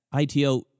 ITO